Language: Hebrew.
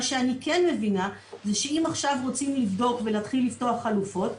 מה שאני כן מבינה זה שאם עכשיו רוצים לבדוק ולהתחיל לפתוח חלופות,